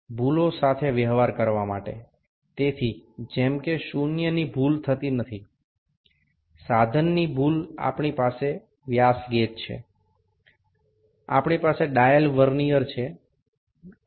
ભૂલો સાથે વ્યવહાર કરવા માટે તેથી જેમ કે શૂન્યની ભૂલ થતી નથી સાધનની ભૂલ આપણી પાસે વ્યાસ ગેજ છે આપણી પાસે ડાયલ વર્નીઅર છે